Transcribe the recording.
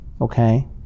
okay